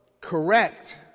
correct